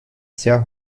sehr